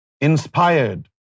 inspired